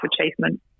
achievement